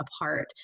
apart